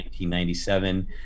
1997